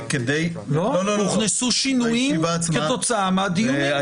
הוכנסו שינויים כתוצאה מהדיונים, שינויים מהותיים.